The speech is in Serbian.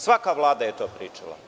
Svaka vlada je to pričala.